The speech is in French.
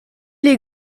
est